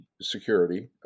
security